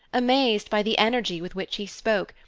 amazed by the energy with which he spoke,